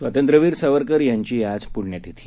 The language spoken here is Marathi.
स्वांतंत्र्यवीर सावरकर यांची आज प्ण्यतिथी